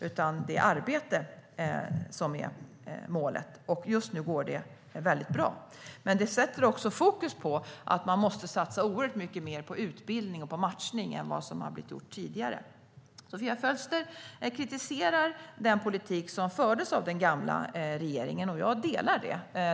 Det är arbete som är målet, och just nu går det mycket bra. Men det sätter också fokus på att man måste satsa oerhört mycket mer på utbildning och på matchning än vad man har gjort tidigare. Sofia Fölster kritiserar den politik som fördes av den gamla regeringen. Jag delar den uppfattningen.